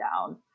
down